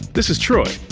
this is troy,